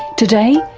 today,